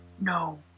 No